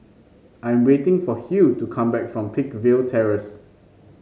I'm waiting for Hugh to come back from Peakville Terrace